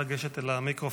את יכולה לגשת אל המיקרופון.